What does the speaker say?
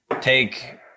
take